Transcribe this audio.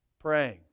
praying